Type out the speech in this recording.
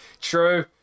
True